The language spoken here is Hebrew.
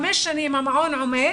חמש שנים המעון עומד